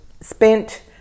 spent